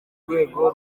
urwego